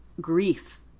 grief